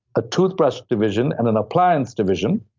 a toothbrush division, and an appliance division.